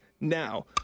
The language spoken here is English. now